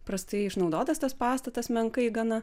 prastai išnaudotas tas pastatas menkai gana